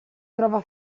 trova